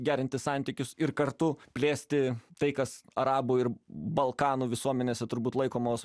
gerinti santykius ir kartu plėsti tai kas arabų ir balkanų visuomenėse turbūt laikomos